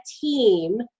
team